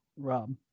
Rob